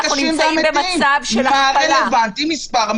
מה שעשינו,